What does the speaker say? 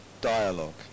dialogue